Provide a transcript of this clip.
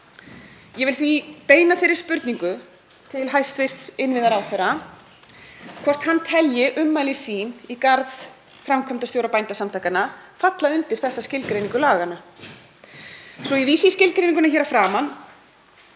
Ég vil því beina þeirri spurningu til hæstv. innviðaráðherra hvort hann telji ummæli sín í garð framkvæmdastjóra Bændasamtakanna falla undir þessa skilgreiningu laganna. Svo ég vísi í skilgreininguna hér að framan: